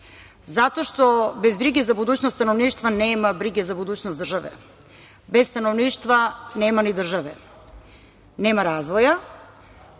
Zato što bez brige za budućnost stanovništva nema brige za budućnost države, bez stanovništva nema ni države, nema razvoja.